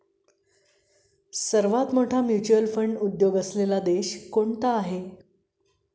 सर्वात मोठा mutual fund उद्योग असलेला देश कोणता आहे?